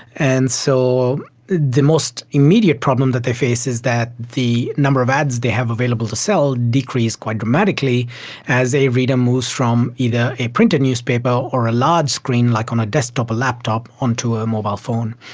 and so the most immediate problem that they face is that the number of ads they have available to sell decrease quite dramatically as a reader moves from either a printed newspaper or a large screen like on a desktop, a laptop, onto a a mobile phone.